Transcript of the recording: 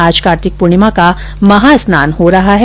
आज कार्तिक पूर्णिमा का महा स्नान हो रहा है